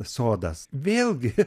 sodas vėlgi